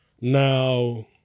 Now